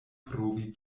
provi